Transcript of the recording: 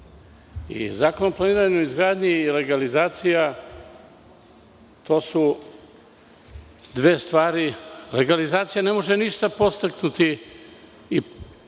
Zakon o planiranju i izgradnji i legalizacija su dve stvari. Legalizacija ne može ništa podstaknuti i pokrenuti